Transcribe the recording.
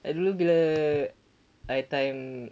I dulu bila I time